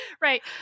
right